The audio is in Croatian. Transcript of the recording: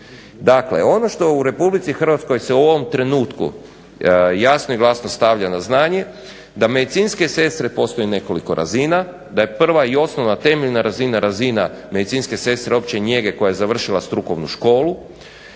Dakle on što u Republici Hrvatskoj se u ovom trenutku jasno i glasno stavlja na znanje, da medicinske sestre postoji nekoliko razina, da je prva i osnovna temeljna razina, razina medicinske sestre opće njege koja je završila strukovnu školu,